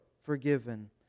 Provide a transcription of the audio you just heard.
forgiven